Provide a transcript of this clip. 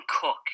Cook